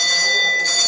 Tak